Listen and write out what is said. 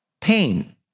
pain